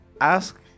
Ask